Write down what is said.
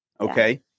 Okay